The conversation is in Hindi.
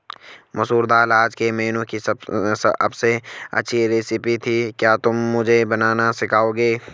मसूर दाल आज के मेनू की अबसे अच्छी रेसिपी थी क्या तुम मुझे बनाना सिखाओंगे?